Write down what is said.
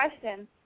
question